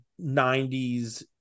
90s